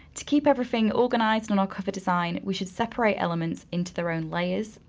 to keep everything organized on our cover design, we should separate elements into their own layers.